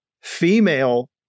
female